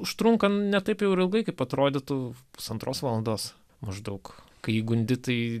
užtrunka ne taip jau ir ilgai kaip atrodytų pusantros valandos maždaug kai įgundi tai